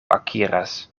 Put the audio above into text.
akiras